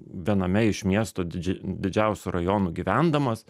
viename iš miesto didž didžiausių rajonų gyvendamas